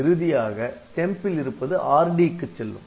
இறுதியாக temp ல் இருப்பது Rd க்கு செல்லும்